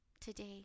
today